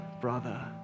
brother